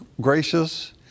gracious